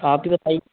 आप ही बताइए